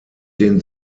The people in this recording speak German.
den